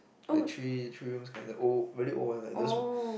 the three three rooms kind the old really old ones like those